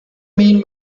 mean